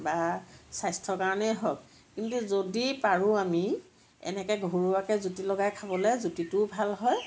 বা স্বাস্থ্য়ৰ কাৰণেই হওক কিন্তু যদি পাৰোঁ আমি এনেকে ঘৰুৱাকে জুতি লগাই খাবলে জুতিটোও ভাল হয়